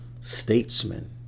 statesman